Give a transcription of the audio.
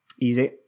easy